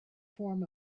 form